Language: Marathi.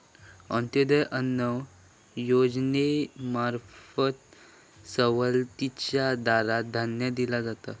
अंत्योदय अन्न योजनेंमार्फत सवलतीच्या दरात धान्य दिला जाता